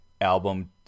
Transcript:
album